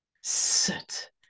sit